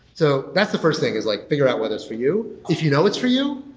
so that's the first thing, is like figure out whether it's for you. if you know it's for you,